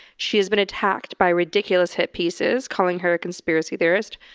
she has been attacked by ridiculous hit pieces calling her a conspiracy theorist,